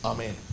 Amen